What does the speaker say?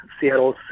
Seattle